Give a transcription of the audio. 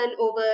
over